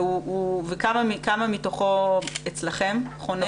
וכמה מתוכו אצלכם חונה?